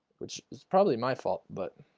which is probably my fault but?